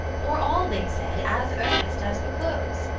or all, they said, as earnest as the close?